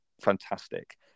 fantastic